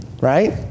right